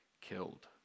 killed